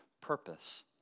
purpose